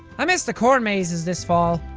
i missed the corn mazes this fall.